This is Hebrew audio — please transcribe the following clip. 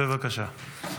בבקשה, גברתי.